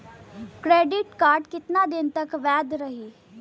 Credit card कितना दिन तक वैध रही?